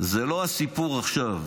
זה לא הסיפור עכשיו.